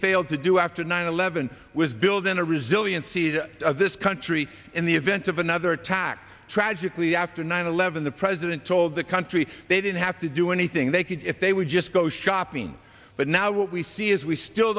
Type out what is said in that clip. failed to do after nine eleven was build in a resiliency of this country in the event of another attack tragically after nine eleven the president told the country they didn't have to do anything they could if they would just go shopping but now what we see is we still